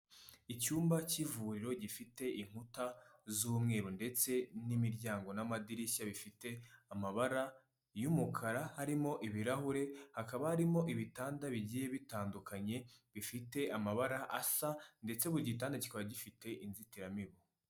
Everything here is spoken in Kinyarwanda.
Icyumba cy'ivuriro gifite inkuta z'umweru ndetse n'imiryango n'amadirishya, bifite amabara y'umukara, harimo ibirahure, hakaba harimo ibitanda bigiye bitandukanye, bifite amabara asa ndetse buri gitanda kikaba gifite inzitiramibu.